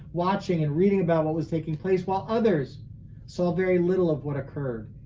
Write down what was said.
watching and reading about what was taking place, while others saw very little of what occurred.